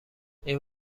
این